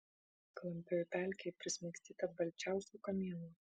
klampioj pelkėj prismaigstyta balčiausių kamienų